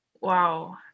Wow